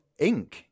Inc